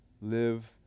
live